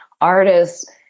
artists